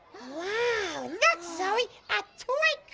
wow, look zoe a toy